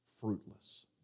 fruitless